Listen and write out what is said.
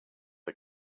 are